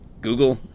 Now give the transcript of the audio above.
Google